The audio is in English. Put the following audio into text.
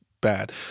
bad